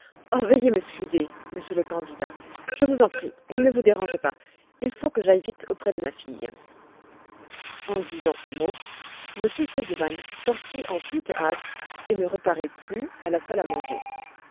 veuillez m'excuser monsieur le candidat je vous en prie ne vous dérangez pas il faut que j'aille vite auprès de ma fille en disant ces mots m r sesemann sortit en toute hâte et ne reparut plus à la salle à manger